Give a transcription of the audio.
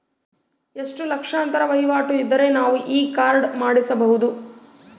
ಎಷ್ಟು ಲಕ್ಷಾಂತರ ವಹಿವಾಟು ಇದ್ದರೆ ನಾವು ಈ ಕಾರ್ಡ್ ಮಾಡಿಸಬಹುದು?